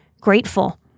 grateful